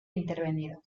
intervenido